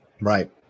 Right